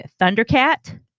Thundercat